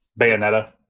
Bayonetta